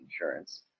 insurance